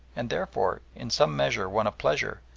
and therefore in some measure one of pleasure,